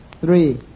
three